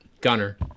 Gunner